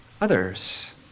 Others